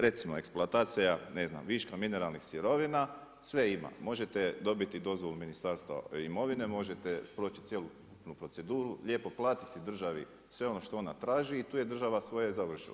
Recimo, eksploatacija ne znam viška mineralnih sirovina, sve ima, možete dobiti dozvolu Ministarstva imovine, možete proći cjelokupnu proceduru, lijepo platiti državi sve ono što ona traži i tu je država svoje završila.